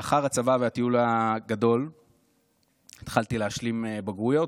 לאחר הצבא והטיול הגדול התחלתי להשלים בגרויות,